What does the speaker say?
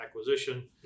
acquisition